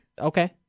okay